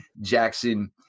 Jackson